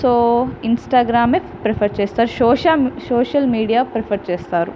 so ఇంస్టాగ్రామే prefer చేస్తారు సోషా సోషల్ మీడియా ప్రిఫర్ చేస్తారు